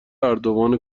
اردوان